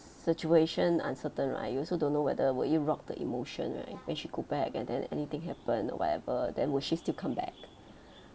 situation uncertain right you also don't know whether will you rock the emotion right when she go back and then anything happen or whatever then will she still come back